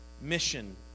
mission